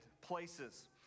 places